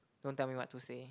don't tell me what to say